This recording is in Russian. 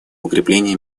укрепление